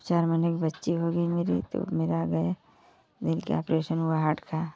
तब चार महीने की बच्ची हो गई मेरी तो मेरा आ गए दिल के ऑपरेशन हुआ हार्ट का